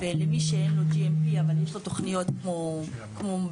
ולמי שאין לוGMP אבל יש לו תוכניות כמו בעצם